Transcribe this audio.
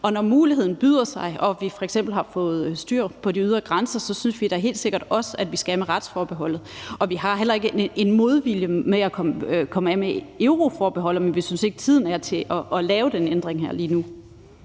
og når muligheden byder sig og vi f.eks. har fået styr på de ydre grænser, synes vi da helt sikkert også, at vi skal af med retsforbeholdet. Vi har heller ikke en modvilje mod at komme af med euroforbeholdet, men vi synes ikke, at tiden er til at lave den ændring lige nu.